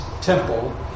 temple